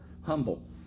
humble